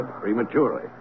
prematurely